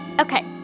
Okay